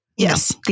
Yes